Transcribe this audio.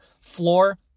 floor